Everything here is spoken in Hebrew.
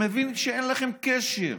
אתה מבין שאין לכם קשר.